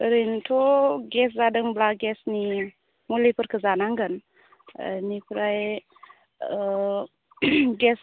ओरैनोथ' गेस जादोंब्ला गेसनि मुलिफोरखौ जानांगोन बेनिफ्राय गेस